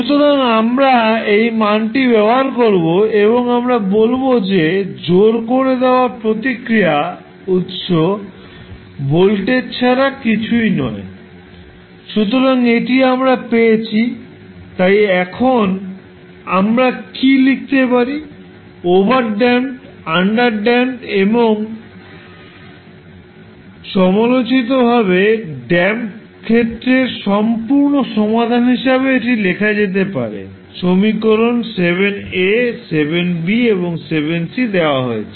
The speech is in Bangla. সুতরাং আমরা একই মানটি ব্যবহার করব এবং আমরা বলব যে জোর করে দেওয়া প্রতিক্রিয়া উত্স ভোল্টেজ ছাড়া কিছুই নয় সুতরাং এটি আমরা পেয়েছি তাই এখন আমরা কী লিখতে পারি ওভারড্যাম্পড আন্ডারড্যাম্পড এবং সমালোচিতভাবে ড্যাম্প ক্ষেত্রের সম্পূর্ণ সমাধান হিসাবে এটি লেখা যেতে পারে সমীকরণ 7 এ 7 বি এবং 7 সি দেওয়া হয়েছে